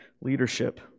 leadership